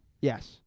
Yes